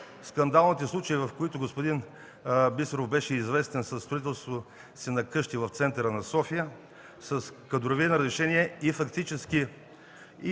скандалните случаи, в които господин Бисеров беше известен със строителството си на къщи в центъра на София, с кадрови нарушения, фактически